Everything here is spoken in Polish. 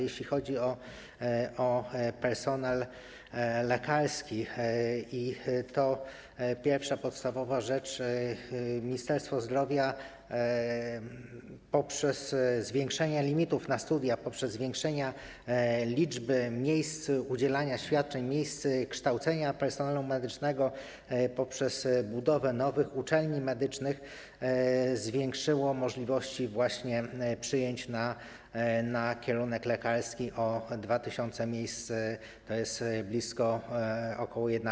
Jeśli chodzi o personel lekarski, to pierwsza, podstawowa rzecz, Ministerstwo Zdrowia poprzez zwiększenie limitów na studia, poprzez zwiększenie liczby miejsc udzielania świadczeń, miejsc kształcenia personelu medycznego poprzez budowę nowych uczelni medycznych zwiększyło możliwości przyjęć na kierunek lekarski o 2 tys. miejsc, tj. o ok. 1/4.